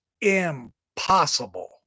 impossible